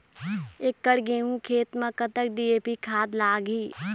एकड़ गेहूं खेत म कतक डी.ए.पी खाद लाग ही?